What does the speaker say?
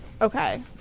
okay